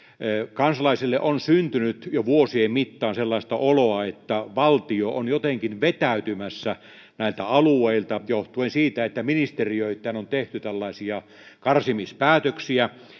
kansalaisille on syntynyt jo vuosien mittaan sellaista oloa että valtio on jotenkin vetäytymässä näiltä alueilta johtuen siitä että ministeriöittäin on tehty tällaisia karsimispäätöksiä